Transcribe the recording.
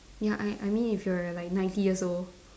ya I I mean if you're like ninety years old